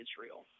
Israel